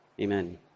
Amen